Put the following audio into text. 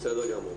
בסדר גמור.